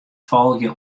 folgje